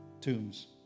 tombs